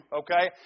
okay